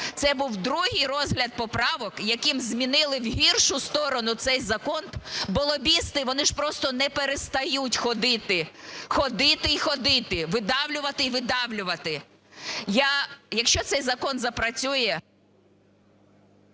це був другий розгляд поправок, яким змінили в гіршу сторону цей закон, бо лобісти вони ж просто не перестають ходити, ходити і ходити, видавлювати і видавлювати. Якщо цей закон запрацює…